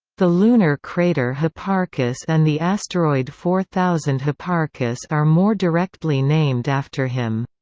the lunar crater hipparchus and the asteroid four thousand hipparchus are more directly named after him.